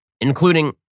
including